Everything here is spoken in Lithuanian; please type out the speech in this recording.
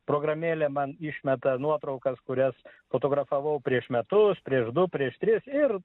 programėlė man išmeta nuotraukas kurias fotografavau prieš metus prieš du prieš tris ir